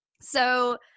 So-